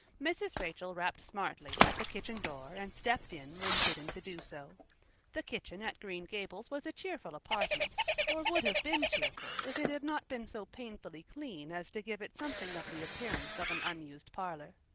mrs. rachel rapped smartly at the kitchen door and stepped in when bidden to do so the kitchen at green gables was a cheerful apartment or would have been cheerful if it had not been so painfully clean as to give it something of the appearance of an unused parlor.